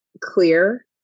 clear